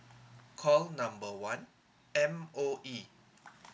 call number one M_O_E